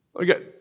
Okay